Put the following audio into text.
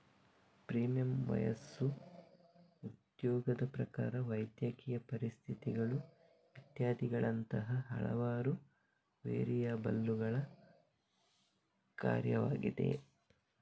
premium ವಯಸ್ಸು, ಉದ್ಯೋಗದ ಪ್ರಕಾರ, ವೈದ್ಯಕೀಯ ಪರಿಸ್ಥಿತಿಗಳು ಇತ್ಯಾದಿಗಳಂತಹ ಹಲವಾರು ವೇರಿಯಬಲ್ಲುಗಳ ಕಾರ್ಯವಾಗಿದೆ